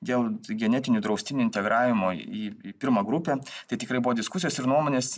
dėl genetinių draustinių integravimo į į pirmą grupę tai tikrai buvo diskusijos ir nuomonės